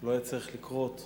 לא היה צריך לקרות.